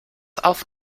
auf